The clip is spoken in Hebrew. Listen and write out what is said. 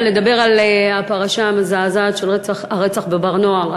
אני רוצה לדבר על הפרשה המזעזעת של הרצח ב"בר-נוער",